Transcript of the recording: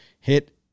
hit